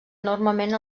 enormement